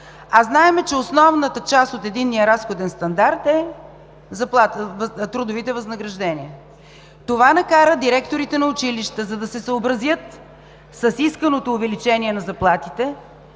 Знаем, че основната част от единния разходен стандарт са трудовите възнаграждения. Това накара директорите на училища, за да се съобразят с исканото увеличение на заплатите,